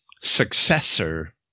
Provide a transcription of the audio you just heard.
successor